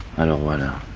i don't want um